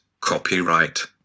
copyright